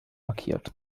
markiert